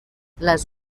les